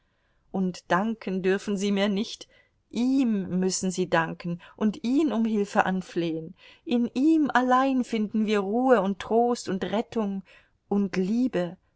und danken dürfen sie mir nicht ihm müssen sie danken und ihn um hilfe anflehen in ihm allein finden wir ruhe und trost und rettung und liebe